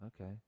okay